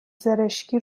زرشکی